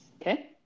Okay